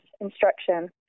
instruction